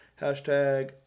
Hashtag